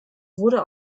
wurde